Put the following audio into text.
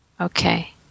Okay